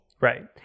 Right